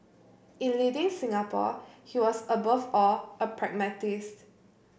in leading Singapore he was above all a pragmatist